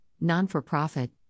non-for-profit